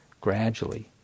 gradually